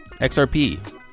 XRP